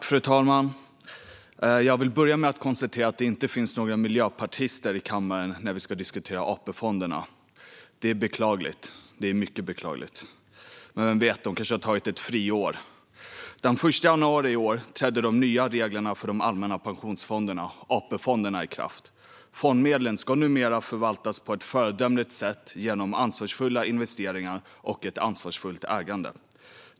Fru talman! Till att börja med vill jag konstatera att det inte finns några miljöpartister i kammaren när vi ska diskutera AP-fonderna. Det är mycket beklagligt. Men vem vet? De har kanske tagit ett friår. Den 1 januari i år trädde nya regler för de allmänna pensionsfonderna, AP-fonderna, i kraft. Fondmedlen ska numera förvaltas på ett föredömligt sätt genom ansvarsfulla investeringar och ett ansvarsfullt ägande.